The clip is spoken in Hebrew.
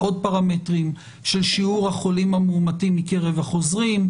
בעוד פרמטרים של שיעור החולים המאומתים מקרב החוזרים,